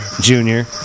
Junior